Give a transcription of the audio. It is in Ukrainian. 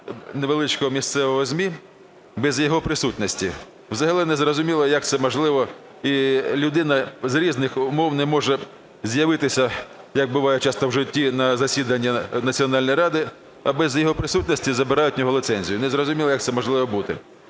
невеличкого місцевого ЗМІ без його присутності. Взагалі незрозуміло, як це можливо, і людина з різних умов не може з'явитися, як буває часто в житті, на засідання Національної ради, а без його присутності забирають у нього ліцензію. Незрозуміло, як це можливо бути.